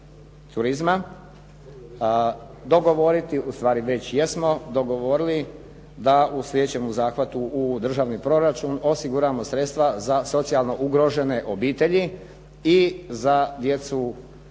turizma dogovoriti, ustvari već jesmo dogovorili da u sljedećemu zahvatu u državni proračun osiguramo sredstva za socijalno ugrožene obitelji i za djecu